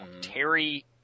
Terry –